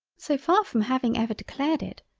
so far from having ever declared it,